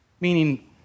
Meaning